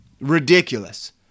Ridiculous